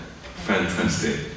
fantastic